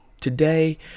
today